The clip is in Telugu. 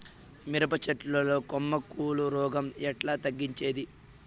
మిరప చెట్ల లో కొమ్మ కుళ్ళు రోగం ఎట్లా తగ్గించేది?